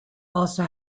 also